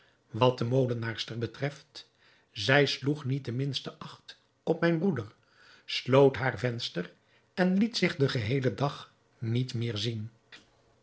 wat de molenaarster betreft zij sloeg niet de minste acht op mijn broeder sloot haar venster en liet zich den geheelen dag niet meer zien